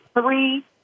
three